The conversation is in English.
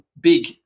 big